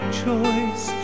choice